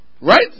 Right